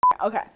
Okay